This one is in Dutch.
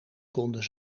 konden